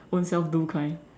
own self do kind